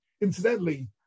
Incidentally